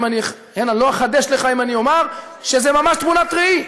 אני לא אחדש לך אם אני אומר שזו ממש תמונת ראי: